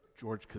George